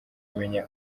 kumenya